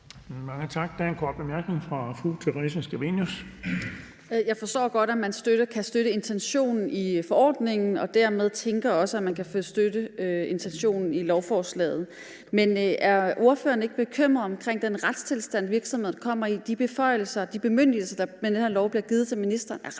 Mange tak. Der er en kort bemærkning fra fru Theresa Scavenius. Kl. 19:32 Theresa Scavenius (UFG): Jeg forstår godt, at man kan støtte intentionen i forordningen, og dermed også tænker, at man kan støtte intentionen i lovforslaget. Men er ordføreren ikke bekymret for den retstilstand, virksomhederne kommer i? De beføjelser og de bemyndigelser, der bliver givet til ministeren med det